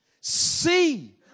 See